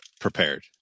prepared